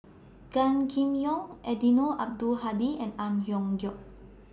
Gan Kim Yong Eddino Abdul Hadi and Ang Hiong Chiok